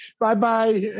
Bye-bye